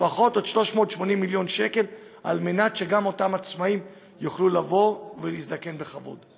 לפחות עוד 380 מיליון שקל על מנת שגם אותם עצמאים יוכלו להזדקן בכבוד.